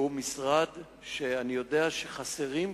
שהוא משרד שאני יודע שחסרים בו,